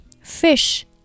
Fish